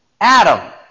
Adam